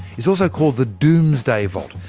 it's also called the doomsday vault,